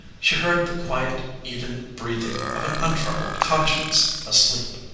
she heard the quiet, even breathing of an untroubled conscience asleep.